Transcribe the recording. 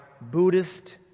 Buddhist